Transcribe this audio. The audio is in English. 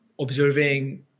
observing